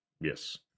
Yes